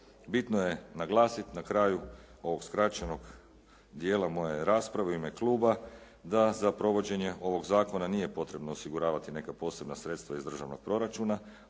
Bitno je naglasiti na kraju ovog skraćenog dijela moje rasprave u ime kluba da za provođenje ovog zakona nije potrebno osiguravati neka posebna sredstva iz državnog proračuna,